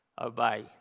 obey